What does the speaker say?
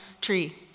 tree